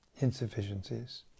insufficiencies